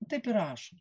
taip ir rašo